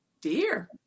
dear